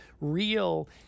real